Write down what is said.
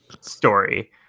story